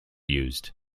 used